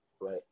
right